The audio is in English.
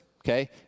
Okay